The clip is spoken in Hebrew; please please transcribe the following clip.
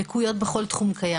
לקויות בכל תחום קיים,